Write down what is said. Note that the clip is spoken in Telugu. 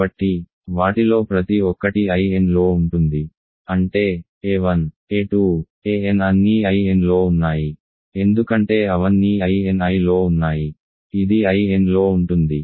కాబట్టి వాటిలో ప్రతి ఒక్కటి Inలో ఉంటుంది అంటే a1 a2 an అన్నీ Inలో ఉన్నాయి ఎందుకంటే అవన్నీ Ini లో ఉన్నాయి ఇది Inలో ఉంటుంది